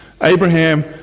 Abraham